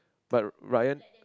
but Ryan